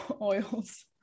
oils